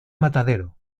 matadero